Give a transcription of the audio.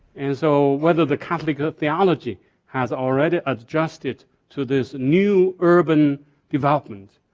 and so whether the catholic ah theology has already adjusted to this new urban development,